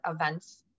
events